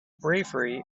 bravery